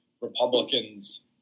Republicans